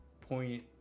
point